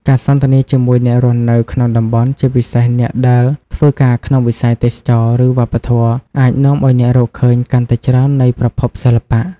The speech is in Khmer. ការសន្ទនាជាមួយអ្នករស់នៅក្នុងតំបន់ ជាពិសេសអ្នកដែលធ្វើការក្នុងវិស័យទេសចរណ៍ ឬវប្បធម៌ អាចនាំឲ្យអ្នករកឃើញកាន់តែច្រើននៃប្រភពសិល្បៈ។